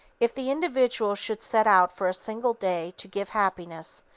if the individual should set out for a single day to give happiness,